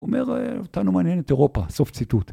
הוא אומר, אותנו מעניינים את אירופה, סוף ציטוט.